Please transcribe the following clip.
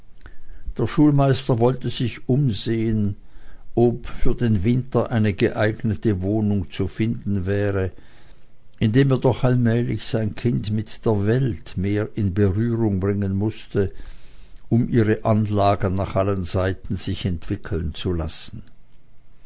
der schulmeister wollte sich umsehen ob für den winter eine geeignete wohnung zu finden wäre indem er doch allmählich sein kind mit der welt mehr in berührung bringen mußte um ihre anlagen nach allen seiten sich entwickeln zu lassen